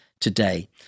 today